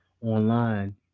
online